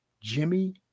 Jimmy